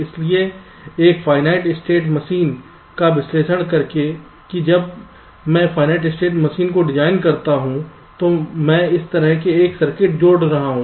इसलिए एक finite state machine का विश्लेषण करके कि जब मैं अपने फाइनाइट स्टेट मशीन को डिजाइन करता हूं तो मैं इस तरह एक सर्किट जोड़ रहा हूं